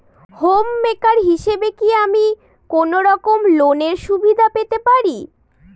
Home maker হিসেবে কি আমি কোনো রকম লোনের সুবিধা পেতে পারি?